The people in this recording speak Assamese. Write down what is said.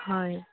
হয়